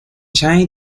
shin